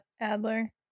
Adler